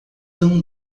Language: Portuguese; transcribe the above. tão